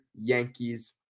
Yankees